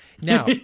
Now